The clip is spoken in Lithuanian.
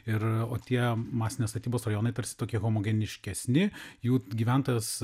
ir o tie masinės statybos rajonai tarsi tokie homogeniškesni jų gyventojas